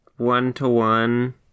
One-to-one